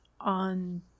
on